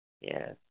Yes